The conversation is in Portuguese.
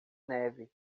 neve